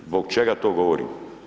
Zbog čega to govorim?